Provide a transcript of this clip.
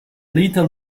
little